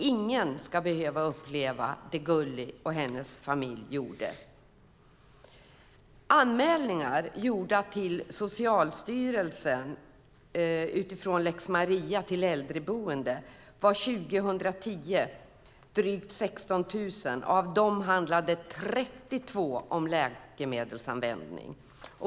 Ingen ska behöva uppleva det Gulli och hennes familj upplevde. Anmälningar gjorda till Socialstyrelsen utifrån lex Maria från äldreboenden var 2010 drygt 1 600. Av dem handlade 32 om läkemedelsanvändning.